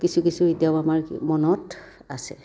কিছু কিছু এতিয়াও আমাৰ মনত আছে